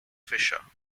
fischer